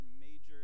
major